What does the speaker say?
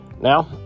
Now